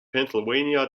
pennsylvania